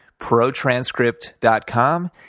protranscript.com